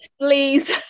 please